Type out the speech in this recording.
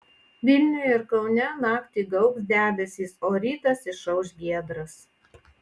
vilniuje ir kaune naktį gaubs debesys o rytas išauš giedras